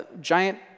giant